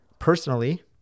personally